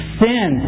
sin